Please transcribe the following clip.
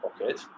pocket